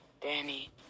Danny